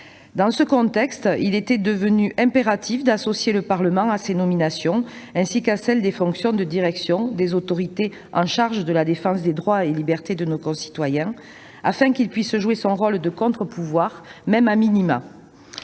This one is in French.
Dans ce contexte, il était devenu impératif d'associer le Parlement à ces nominations, ainsi qu'à celles aux fonctions de direction des autorités chargées de la défense des droits et libertés de nos concitoyens, afin qu'il puisse jouer son rôle de contre-pouvoir, même. Si